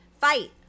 fight